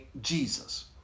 Jesus